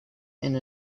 and